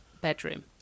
...bedroom